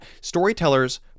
Storytellers